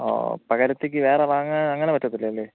പകരത്തേക്കു വേറെ വാങ്ങാന് അങ്ങനെ പറ്റത്തില്ല അല്ലേ